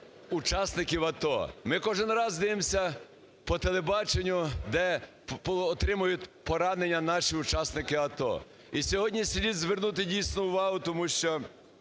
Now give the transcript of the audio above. учасників АТО. Ми кожен раз дивимося по телебаченню, де отримують поранення наші учасники АТО. І сьогодні слід звернути дійсно увагу, тому що